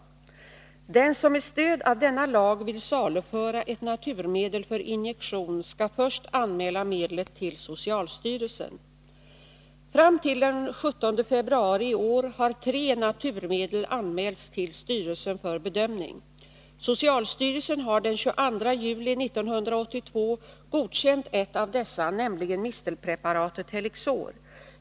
Nr 85 Den som med stöd av denna lag vill saluföra ett naturmedel för injektion Fredagen den skall först anmäla medlet till socialstyrelsen. 18 februari 1983 Fram till den 17 februari i år har tre naturmedel anmälts till styrelsen för = bedömning. Socialstyrelsen har den 22 juli 1982 godkänt ett av dessa, Om användningen nämligen mistelpreparatet Helixor.